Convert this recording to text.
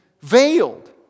veiled